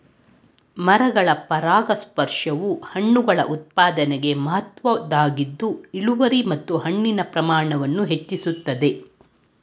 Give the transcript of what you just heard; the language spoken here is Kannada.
ಮರಗಳ ಪರಾಗಸ್ಪರ್ಶವು ಹಣ್ಣುಗಳ ಉತ್ಪಾದನೆಗೆ ಮಹತ್ವದ್ದಾಗಿದ್ದು ಇಳುವರಿ ಮತ್ತು ಹಣ್ಣಿನ ಪ್ರಮಾಣವನ್ನು ಹೆಚ್ಚಿಸ್ತದೆ